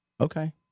Okay